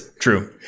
True